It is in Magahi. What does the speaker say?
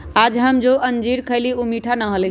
आज हम जो अंजीर खईली ऊ मीठा ना हलय